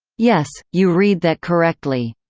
yes, you read that correctly.